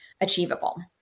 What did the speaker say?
achievable